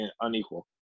unequal